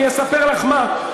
אני אספר לך מה.